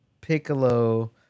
Piccolo